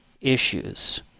issues